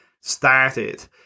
started